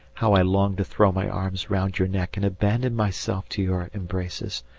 how i longed to throw my arms round your neck and abandon myself to your embraces,